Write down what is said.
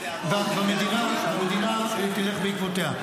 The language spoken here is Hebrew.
והמדינה תלך בעקבותיה.